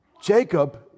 Jacob